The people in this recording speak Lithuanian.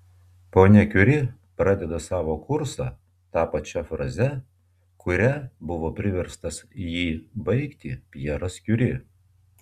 ponia kiuri pradeda savo kursą ta pačia fraze kuria buvo priverstas jį baigti pjeras kiuri